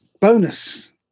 bonus